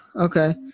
okay